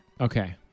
Okay